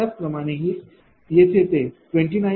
त्याचप्रमाणे येथे ते 29